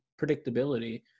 predictability